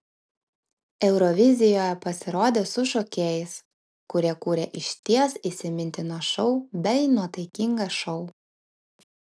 eurovizijoje pasirodė su šokėjais kurie kūrė išties įsimintiną šou bei nuotaikingą šou